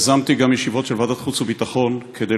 יזמתי גם ישיבות של ועדת חוץ וביטחון כדי